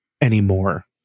anymore